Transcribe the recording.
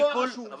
בדואר רשום.